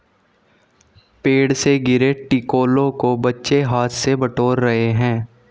पेड़ से गिरे टिकोलों को बच्चे हाथ से बटोर रहे हैं